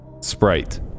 Sprite